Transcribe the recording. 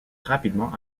rapidement